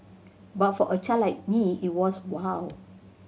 but for a child like me it was wow